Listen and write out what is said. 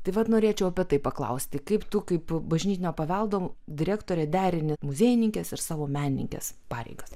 tai vat norėčiau apie tai paklausti kaip tu kaip bažnytinio paveldo direktorė derini muziejininkės ir savo menininkės pareigas